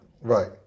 Right